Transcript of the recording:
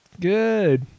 good